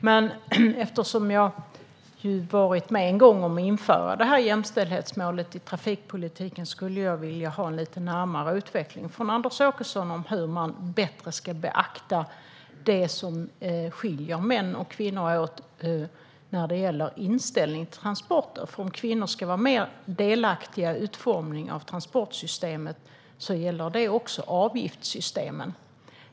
Men eftersom jag varit med en gång om att införa det här jämställdhetsmålet i trafikpolitiken skulle jag vilja ha lite närmare utvecklat av Anders Åkesson hur man bättre ska beakta det som skiljer män och kvinnor åt när det gäller inställningen till transporter, för om kvinnor ska vara mer delaktiga i utformningen av transportsystemet gäller det också avgiftssystemen.